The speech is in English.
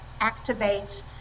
activate